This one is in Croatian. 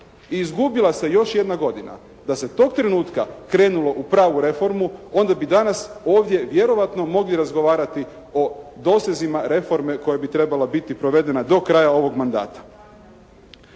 I izgubila se još jedna godina. Da se tog trenutka krenulo u pravu reformu onda bi danas ovdje vjerojatno mogli razgovarati o dosezima reforme koja bi trebala biti provedena do kraja ovog mandata.